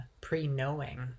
pre-knowing